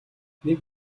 нэг